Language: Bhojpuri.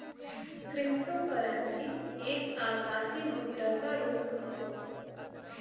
क्रिप्टोकरंसी एक आभासी मुद्रा क रुप हौ